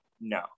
No